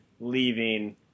leaving